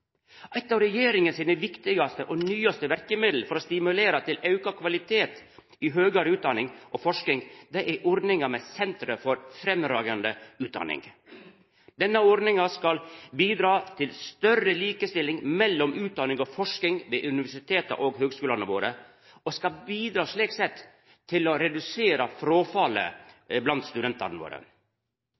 Eit av regjeringa sine viktigaste og nyaste verkemiddel for å stimulera til auka kvalitet i høgare utdanning og forsking er ordninga med «sentre for fremragende utdanning». Denne ordninga skal bidra til større likestilling mellom utdanning og forsking ved universiteta og høgskulane våre og til å redusera fråfallet blant studentane våre.